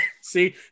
See